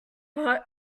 but